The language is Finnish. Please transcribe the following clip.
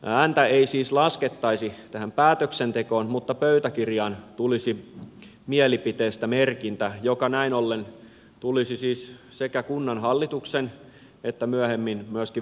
ääntä ei siis laskettaisi tähän päätöksentekoon mutta pöytäkirjaan tulisi mielipiteestä merkintä joka näin ollen tulisi siis sekä kunnanhallituksen että myöhemmin myöskin valtuutettujen tietoon